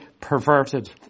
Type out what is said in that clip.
perverted